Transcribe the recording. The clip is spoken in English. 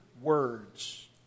words